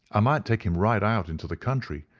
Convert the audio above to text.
i might take him right out into the country,